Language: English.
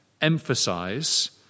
emphasize